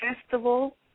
festival